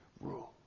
rule